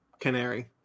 canary